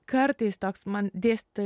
kartais toks man dėstytojai